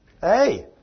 Hey